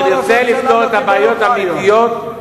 ונרצה לפתור את הבעיות האמיתיות,